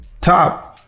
top